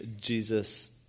Jesus